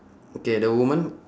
okay the woman